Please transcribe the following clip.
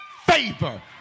favor